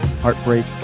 heartbreak